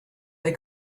they